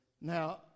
Now